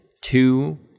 two